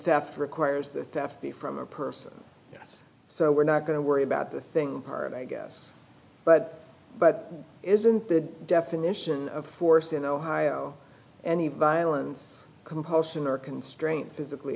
theft requires the theft be from a person yes so we're not going to worry about the thing part i guess but but isn't the definition of force in ohio any violence compulsion or constraint physically